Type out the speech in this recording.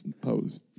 pose